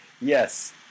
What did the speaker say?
yes